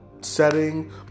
setting